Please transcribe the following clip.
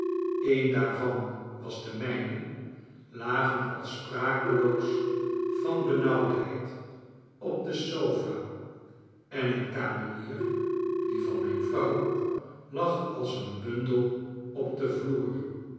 een daarvan was de mijne lagen al sprakeloos van benauwdheid op de sofa en een kamenier die van mijn vrouw lag als een bundel op den vloer